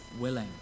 willing